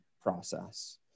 process